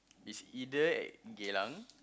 it's either at Geylang